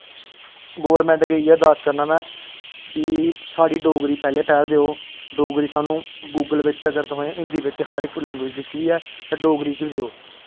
government अग्गें इ'यै अरदास करना में कि साढ़ी डोगरी पैह्लें पैह्ल देओ डोगरी सानूं गूगल बिच अगर तुसें हिंदी बिच हर इक लैंग्वेज़ दित्ती दी ऐ ते डोगरी च बी देओ